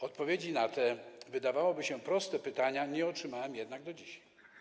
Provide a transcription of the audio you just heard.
Odpowiedzi na te, wydawałoby się, proste pytania nie otrzymałem jednak do dzisiaj.